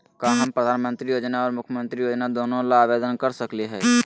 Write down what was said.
का हम प्रधानमंत्री योजना और मुख्यमंत्री योजना दोनों ला आवेदन कर सकली हई?